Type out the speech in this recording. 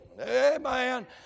Amen